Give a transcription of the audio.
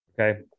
Okay